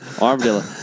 Armadillo